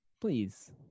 please